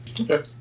Okay